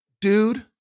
dude